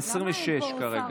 26 כרגע.